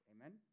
Amen